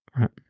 right